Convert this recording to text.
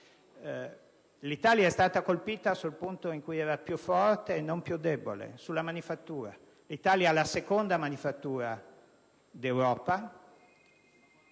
L'Italia è stata colpita sul punto in cui era più forte, e non più debole: la manifattura. L'Italia ha la seconda manifattura d'Europa.